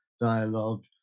dialogue